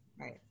Right